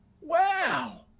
Wow